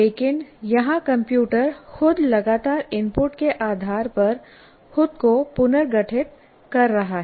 लेकिन यहां कंप्यूटर खुद लगातार इनपुट के आधार पर खुद को पुनर्गठित कर रहा है